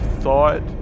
thought